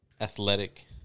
Athletic